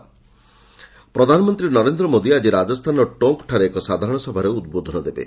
PM Tonk ପ୍ରଧାନମନ୍ତ୍ରୀ ନରେନ୍ଦ ମୋଦି ଆଜି ରାଜସ୍ଥାନର ଟୋଙ୍କ୍ଠାରେ ଏକ ସାଧାରଣ ସଭାରେ ଉଦ୍ବୋଧନ ଦେବେ